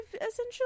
essentially